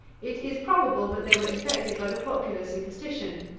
it is probable that they were infected by the popular superstition.